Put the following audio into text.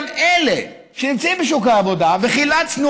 גם אלה שנמצאים בשוק העבודה וחילצנו